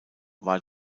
war